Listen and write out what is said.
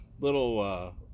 little